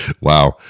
Wow